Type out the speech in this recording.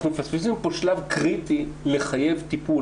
אנחנו מפספסים פה שלב קריטי לחייב טיפול,